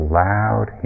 loud